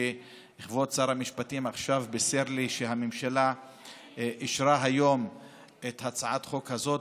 כבוד שר המשפטים עכשיו בישר לי שהממשלה אישרה היום את הצעת החוק הזאת,